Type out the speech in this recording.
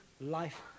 life